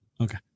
Okay